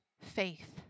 faith